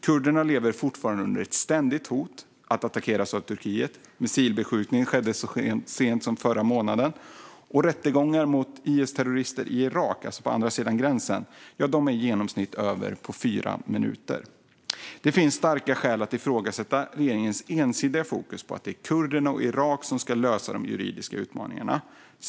Kurderna lever fortfarande under ett ständigt hot att attackeras av Turkiet - missilbeskjutningar skedde så sent som förra månaden. Rättegångar mot IS-terrorister i Irak, alltså på andra sidan gränsen, är över på i genomsnitt fyra minuter. Det finns starka skäl att ifrågasätta regeringens ensidiga fokus på att kurderna och Irak ska lösa de juridiska utmaningarna.